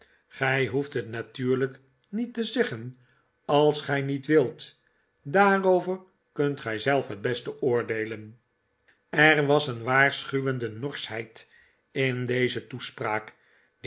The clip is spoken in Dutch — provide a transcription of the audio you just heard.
gij ho eft het natuurlijk niet te zeggen als gij niet wilt daarover kunt gij zelf het heste oordeelen er was een waarschuwende norschheid in deze toespraak